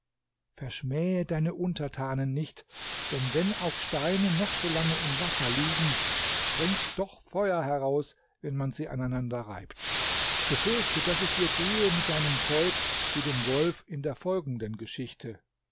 verschmähe deine untertanen nicht denn wenn auch steine noch so lange im wasser liegen springt doch feuer heraus wenn man sie aneinander reibt befürchte daß es dir gehe mit deinem volk wie dem wolf in der folgenden geschichte